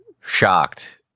shocked